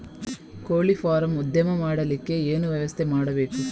ಕೋಳಿ ಫಾರಂ ಉದ್ಯಮ ಮಾಡಲಿಕ್ಕೆ ಏನು ವ್ಯವಸ್ಥೆ ಮಾಡಬೇಕು?